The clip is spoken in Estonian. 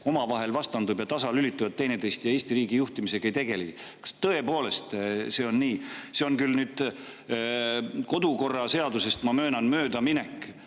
omavahel vastandub, ja nad tasalülitavad teineteist ja Eesti riigi juhtimisega ei tegelegi? Kas tõepoolest see on nii? See on küll nüüd kodukorra seadusest, ma möönan, möödaminek,